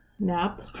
nap